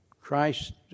Christ